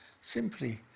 simply